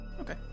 Okay